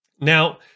Now